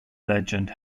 legend